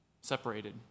separated